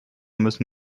müssen